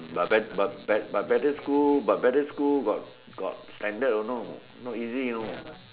but better school but better school got got standard you know not easy you know